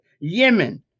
Yemen